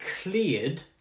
cleared